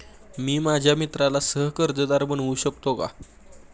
मी माझ्या मित्राला सह कर्जदार बनवू शकतो का?